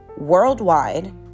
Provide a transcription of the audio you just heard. worldwide